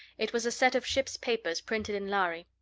it was a set of ship's papers printed in lhari.